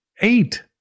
eight